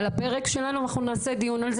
היא על הפרק ונעשה על זה דיון.